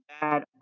bad